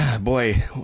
boy